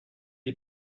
est